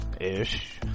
Ish